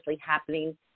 happening